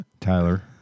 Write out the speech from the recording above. tyler